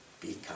become